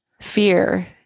fear